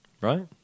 right